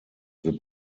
wir